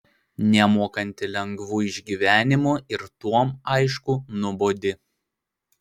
nemokanti lengvų išgyvenimų ir tuom aišku nuobodi